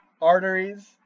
Arteries